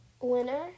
winner